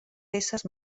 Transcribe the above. peces